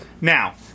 Now